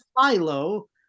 Philo